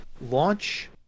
launch